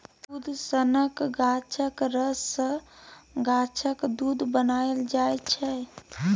दुध सनक गाछक रस सँ गाछक दुध बनाएल जाइ छै